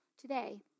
today